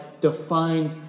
defined